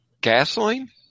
Gasoline